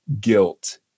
guilt